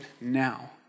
now